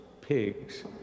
pigs